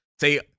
say